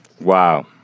Wow